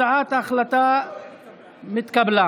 הצעת ההחלטה התקבלה.